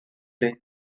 play